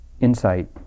insight